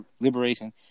liberation